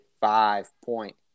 five-point